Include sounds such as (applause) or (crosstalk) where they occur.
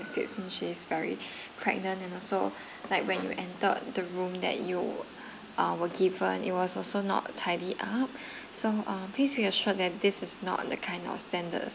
especially she is very (breath) pregnant and also like when you entered the room that you uh were given it was also not tidied up (breath) so uh please be assured that this is not the kind of standards